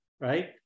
right